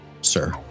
sir